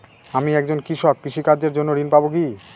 আমি একজন কৃষক কৃষি কার্যের জন্য ঋণ পাব কি?